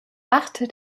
acht